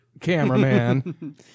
cameraman